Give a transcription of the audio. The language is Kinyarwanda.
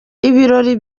ibirori